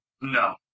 No